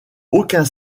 aucun